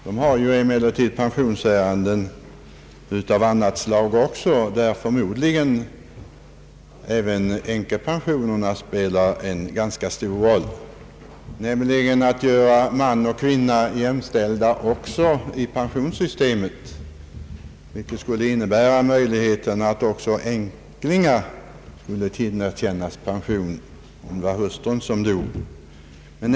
Den har emellertid hand om pensionsärenden också av annat slag, där förmodligen även änkepensionerna spelar en ganska stor roll, när det gäller att göra man och kvinna jämställda också i pensionssystemet, vilket skulle medföra möjligheter för änklingar att tillerkännas pension efter hustruns död.